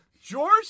George